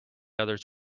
others